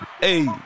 Hey